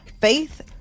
Faith